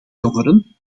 jongeren